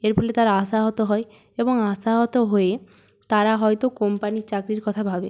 এর ফলে তারা আশাহত হয় এবং আশাহত হয়ে তারা হয়তো কোম্পানির চাকরির কথা ভাবে